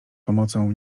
pomocą